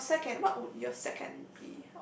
and for second what would be your second